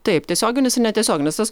taip tiesioginis ir netiesioginis tas